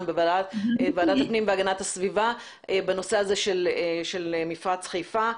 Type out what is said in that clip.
בוועדת הפנים והגנת הסביבה בנושא הזה של מפרץ חיפה.